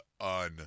on